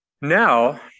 Now